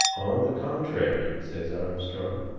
on the contrary, says armstrong,